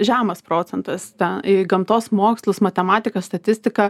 žemas procentas ten į gamtos mokslus matematiką statistika